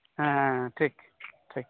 ᱦᱮᱸ ᱦᱮᱸ ᱴᱷᱤᱠ ᱴᱷᱤᱠ